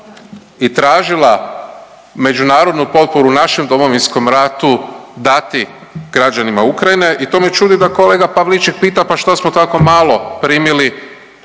i tražila međunarodnu potporu u našem Domovinskom ratu dati građanima Ukrajine i to me čudi da kolega Pavliček pita pa što smo tako malo primili